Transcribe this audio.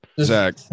Zach